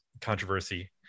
controversy